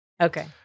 Okay